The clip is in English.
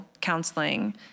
counseling